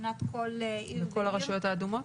בכל הרשויות האדומות?